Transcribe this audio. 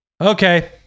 Okay